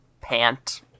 pant